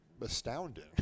astounding